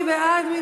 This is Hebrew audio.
מי בעד?